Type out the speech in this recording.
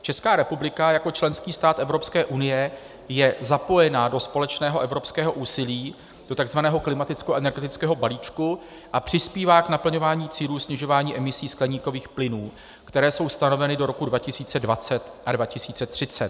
Česká republika jako členský stát Evropské unie je zapojena do společného evropského úsilí, do tzv. klimatickoenergetického balíčku, a přispívá k naplňování cílů snižování emisí skleníkových plynů, které jsou stanoveny do roku 2020 a 2030.